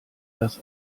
das